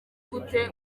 gute